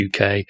UK